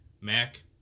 Mac